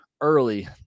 early